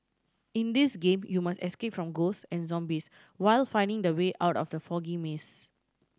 in this game you must escape from ghost and zombies while finding the way out of the foggy maze